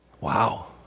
Wow